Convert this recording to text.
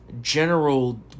general